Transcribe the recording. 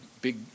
big